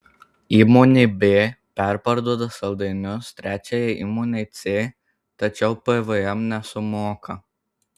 įmonė b perparduoda saldainius trečiajai įmonei c tačiau pvm nesumoka